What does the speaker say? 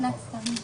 ב-זום.